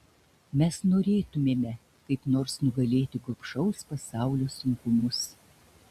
mes norėtumėme kaip nors nugalėti gobšaus pasaulio sunkumus